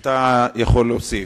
אתה יכול להוסיף,